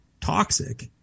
toxic